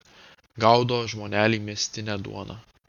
gaudo žmoneliai miestinę duoną